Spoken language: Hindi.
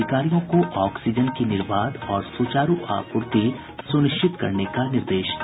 अधिकारियों को ऑक्सीजन की निर्बाध और सुचारू आपूर्ति सुनिश्चित करने का निर्देश दिया